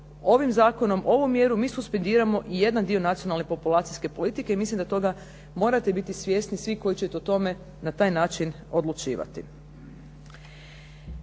ovim zakonom ovu mjeru mi suspendiramo i jedan dio nacionalne populacijske politike i mislim da toga morate biti svjesni svi koji ćete o tome na taj način odlučivati.